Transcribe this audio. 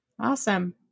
Awesome